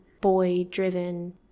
boy-driven